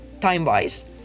time-wise